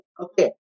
okay